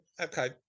Okay